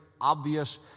obvious